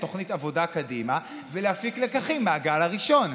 תוכנית עבודה קדימה ולהפיק לקחים מהגל הראשון.